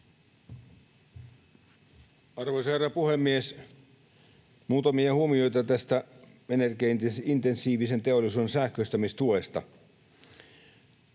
Arvoisa herra puhemies! Muutamia huomioita tästä energiaintensiivisen teollisuuden sähköistämistuesta.